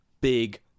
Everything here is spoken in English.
big